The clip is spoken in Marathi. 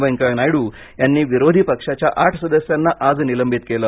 वेंकय्या नायडू यांनी विरोधी पक्षाच्या आठ सदस्यांना आज निलंबित केलं